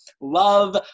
love